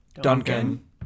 Duncan